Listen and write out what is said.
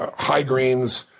ah high-greens,